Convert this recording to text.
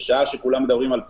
בשעה שכולם מדברים על צמיחה,